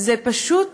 זה פשוט